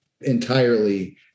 entirely